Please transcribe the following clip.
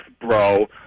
bro